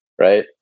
right